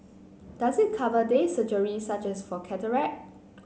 does it cover day surgery such as for cataract